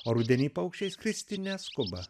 o rudenį paukščiai skristi neskuba